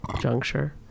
juncture